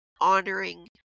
honoring